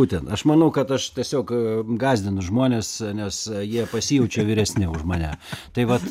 būtent aš manau kad aš tiesiog gąsdinu žmones nes jie pasijaučia vyresni už mane tai vat